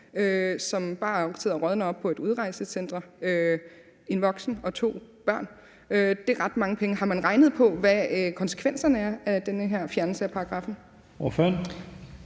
som bare sidder og rådner op på et udrejsecenter, en voksen og to børn. Det er ret mange penge. Har man regnet på, hvad konsekvenserne er af den her fjernelse af paragraffen?